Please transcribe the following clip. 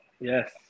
yes